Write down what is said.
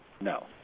No